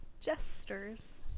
Jesters